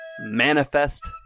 Manifest